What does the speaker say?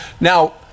Now